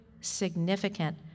significant